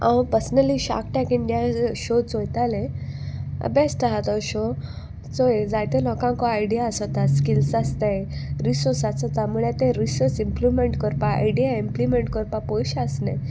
हांव personally Shark Tank India show चोयताले best आहा तो शो चोय जायते लोकांक आयडिया आसोता स्किल्स आसताय रिसोर्स आसोता म्हूळ्या ते रिसोर्स इमप्लिमेंट करपा आयडिया इमप्लिमेंट करपा पयशे आसनाय